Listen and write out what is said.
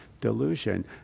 delusion